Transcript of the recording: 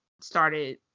started